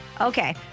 Okay